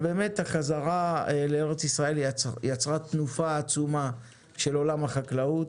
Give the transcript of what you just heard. החזרה לארץ ישראל יצרה תנופה עצומה של עולם החקלאות.